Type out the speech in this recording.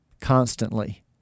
constantly